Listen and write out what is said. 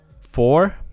four